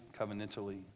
covenantally